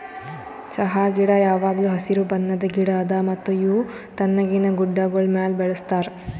ಚಹಾ ಗಿಡ ಯಾವಾಗ್ಲೂ ಹಸಿರು ಬಣ್ಣದ್ ಗಿಡ ಅದಾ ಮತ್ತ ಇವು ತಣ್ಣಗಿನ ಗುಡ್ಡಾಗೋಳ್ ಮ್ಯಾಲ ಬೆಳುಸ್ತಾರ್